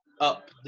up